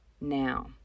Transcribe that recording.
now